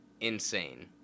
Insane